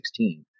16